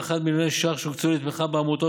ל-21 מיליון ש"ח שהוקצו לתמיכה בעמותות